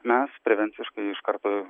mes prevenciškai iš karto